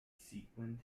subsequent